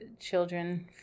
children